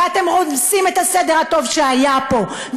ואתם רומסים את הסדר הטוב שהיה פה,